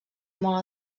molt